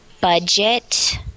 Budget